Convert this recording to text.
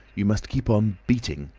you must keep on beating.